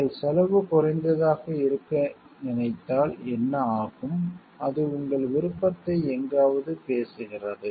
நீங்கள் செலவு குறைந்ததாக இருக்க நினைத்தால் என்ன ஆகும் அது உங்கள் விருப்பத்தை எங்காவது பேசுகிறது